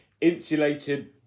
insulated